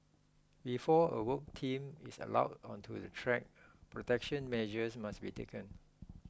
before a work team is allowed onto the track protection measures must be taken